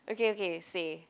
okay okay say